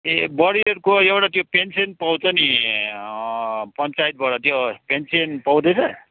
ए बडीको एउटा त्यो पेन्सन पाउँछ नि पञ्चायतबाट त्यो पेन्सन पाउँदैन